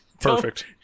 Perfect